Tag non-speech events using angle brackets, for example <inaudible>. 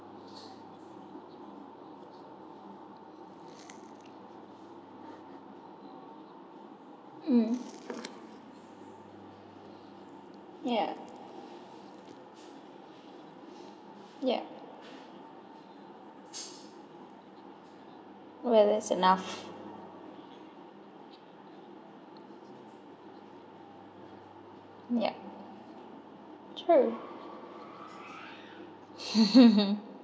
um yeah yeah whether it's enough yup true <laughs>